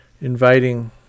inviting